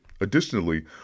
Additionally